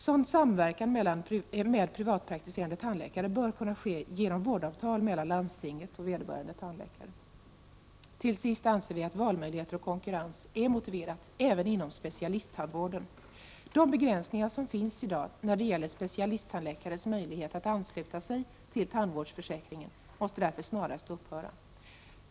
Sådan samverkan med privatpraktiserande tandläkare bör kunna ske genom vårdavtal mellan landstinget och vederbörande tandläkare. Vi anser slutligen att valmöjligheter och konkurrens är motiverat även inom specialisttandvården. De begränsningar som i dag finns när det gäller specialisttandläkares möjlighet att ansluta sig till tandvårdsförsäkringen måste därför snarast upphöra.